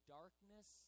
darkness